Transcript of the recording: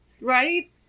Right